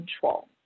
control